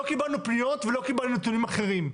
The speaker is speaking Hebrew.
"לא קיבלנו פניות ולא קיבלנו טיעונים אחרים".